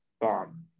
bomb